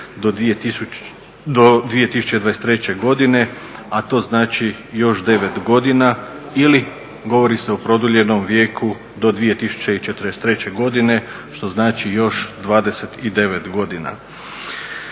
do 2023. godine, a to znači još 9 godina ili govori se o produljenom vijeku do 2043. godine, što znači još 29 godina.